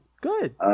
good